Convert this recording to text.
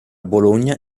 bologna